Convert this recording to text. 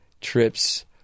trips